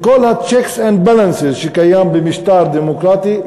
עם כל ה-checks and balances שקיימים במשטר דמוקרטי,